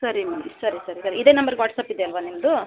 ಸರಿ ಮೇಡಮ್ ಸರಿ ಸರಿ ಸರಿ ಇದೇ ನಂಬರ್ಗೆ ವಾಟ್ಸ್ಯಾಪ್ ಇದೆ ಅಲ್ಲವಾ ನಿಮ್ಮದು